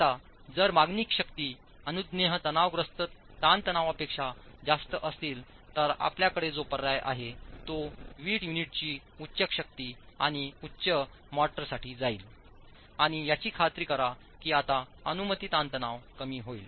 आता जर मागणी शक्ती अनुज्ञेय तणावग्रस्त ताणतणावापेक्षा जास्त असतील तर आपल्याकडे जो पर्याय आहे तो वीट युनिटची उच्च शक्ती आणि उच्च मोर्टारसाठी जाईलआणि याची खात्री करा की आता अनुमती ताणतणाव कमी होईल